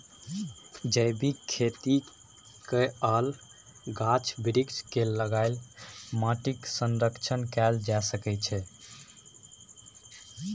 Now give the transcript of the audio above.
जैबिक खेती कए आ गाछ बिरीछ केँ लगा माटिक संरक्षण कएल जा सकै छै